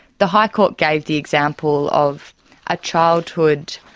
the high court gave the example of a childhood